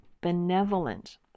benevolent